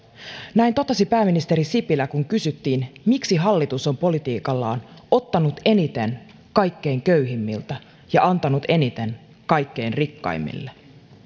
näin totesi pääministeri sipilä kun kysyttiin miksi hallitus on politiikallaan ottanut eniten kaikkein köyhimmiltä ja antanut eniten kaikkein rikkaimmille